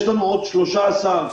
יש לנו עוד 13 מבודדים